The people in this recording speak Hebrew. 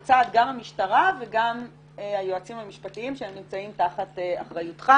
גם לצד המשטרה וגם לצד היועצים המשפטיים שהם נמצאים תחת אחריותך,